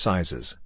Sizes